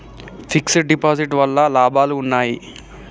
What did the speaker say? Fix డ్ deposit వల్ల లాభాలు ఉన్నాయి?